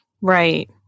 Right